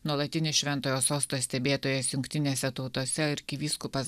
nuolatinis šventojo sosto stebėtojas jungtinėse tautose arkivyskupas